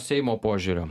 seimo požiūrio